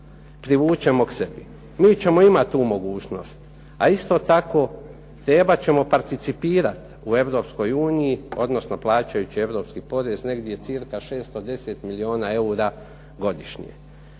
privučemo k sebi. Mi ćemo imati tu mogućnost, a isto tako trebat ćemo participirat u Europskoj uniji, odnosno plaćajući europski porez negdje cirka 610 milijuna eura godišnje.